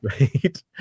Right